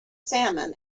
salmon